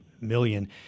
million